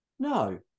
No